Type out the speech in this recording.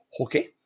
Okay